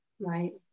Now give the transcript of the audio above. right